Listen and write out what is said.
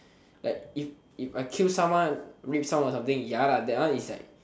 but if if I kill someone rape someone or something ya lah that one is like